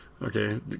Okay